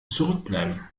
zurückbleiben